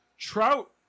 Trout